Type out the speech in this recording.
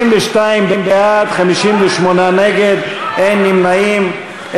62 בעד, 58 נגד, אין נמנעים.